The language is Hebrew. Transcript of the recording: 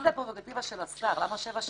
אם זאת פררוגטיבה של השר, למה שבע שנים?